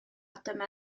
dyma